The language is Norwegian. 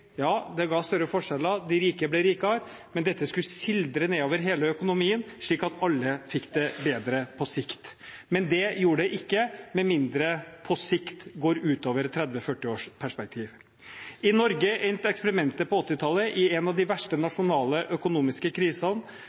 ja, det ga større forskjeller, de rike ble rikere, men dette skulle sildre ned over hele økonomien, slik at alle fikk det bedre på sikt. Men det gjorde det ikke, med mindre «på sikt» går utover et 30–40 års perspektiv. I Norge endte eksperimentet på 1980-tallet i en av de verste nasjonale økonomiske krisene,